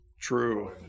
true